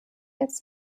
its